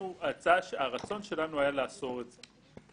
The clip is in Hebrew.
שהרצון שלנו היה לאסור את זה.